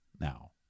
now